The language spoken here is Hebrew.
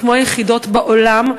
כמו היחידות בעולם.